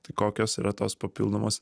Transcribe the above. tai kokios yra tos papildomos